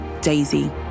Daisy